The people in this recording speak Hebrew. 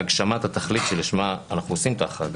הגשמת התכלית שלשמה אנחנו עושים את ההחרגה,